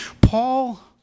Paul